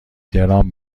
درام